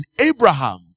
abraham